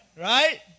right